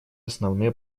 основные